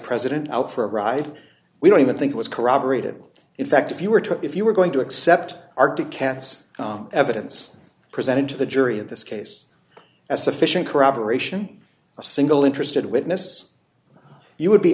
president out for a ride we don't even think it was corroborated in fact if you were to if you were going to accept arctic cats evidence presented to the jury of this case as sufficient corroboration a single interested witness you would be